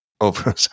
over